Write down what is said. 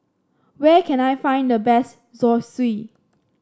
where can I find the best Zosui